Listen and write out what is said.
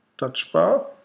touchbar